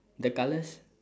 the colours